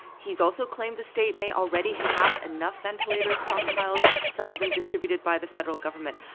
he's also claimed the state may already have enough ventilators stockpiled, some of them distributed by the federal government.